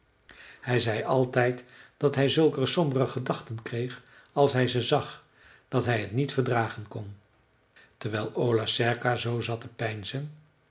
hij zei altijd dat hij zulke sombere gedachten kreeg als hij ze zag dat hij t niet verdragen kon terwijl ola serka zoo zat te peinzen